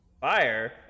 Fire